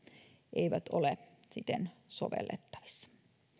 eivät ole siten sovellettavissa